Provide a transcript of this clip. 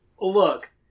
look